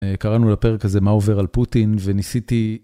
אה.. קראנו לפרק הזה, מה עובר על פוטין, וניסיתי...